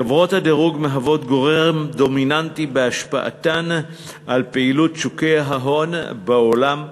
חברות הדירוג מהוות גורם דומיננטי בהשפעתן על פעילות שוקי ההון בעולם.